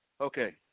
Okay